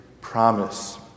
promise